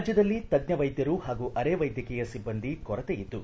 ರಾಜ್ಯದಲ್ಲಿ ತಜ್ಞ ವೈದ್ಯರು ಹಾಗೂ ಅರೇ ವೈದ್ಯಕೀಯ ಸಿಬ್ಬಂದಿ ಕೊರತೆ ಇದ್ದು